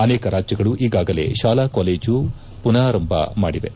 ಅನೇಕ ರಾಜ್ಲಗಳು ಈಗಾಗಲೇ ತಾಲಾ ಕಾಲೇಜು ಮನರಾಂಭ ಮಾಡಿವೆ